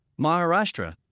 Maharashtra